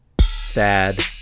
Sad